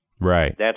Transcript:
Right